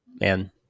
man